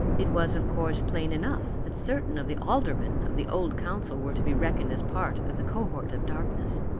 it was, of course, plain enough that certain of the aldermen of the old council were to be reckoned as part of the cohort of darkness.